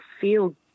feel